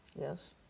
Yes